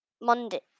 Monday